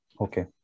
Okay